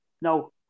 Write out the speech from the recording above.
No